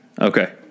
Okay